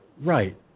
right